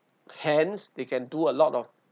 hands they can do a lot of